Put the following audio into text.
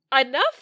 Enough